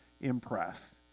impressed